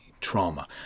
trauma